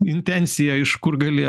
intencija iš kur gali